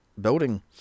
Building